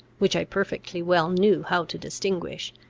which i perfectly well knew how to distinguish,